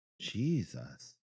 Jesus